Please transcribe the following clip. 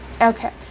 Okay